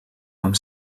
amb